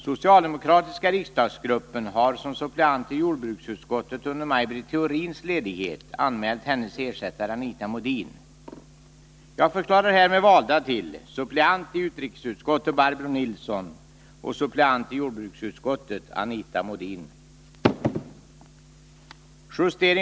Socialdemokratiska riksdagsgruppen har som suppleant i jordbruksutskottet under Maj Britt Theorins ledighet anmält hennes ersättare Anita Modin.